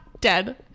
Dead